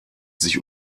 sich